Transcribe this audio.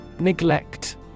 Neglect